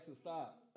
stop